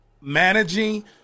managing